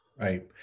right